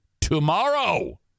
tomorrow